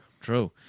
true